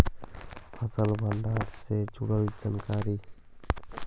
फसल भंडारन से जुड़ल जानकारी?